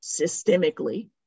systemically